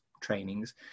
trainings